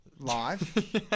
Live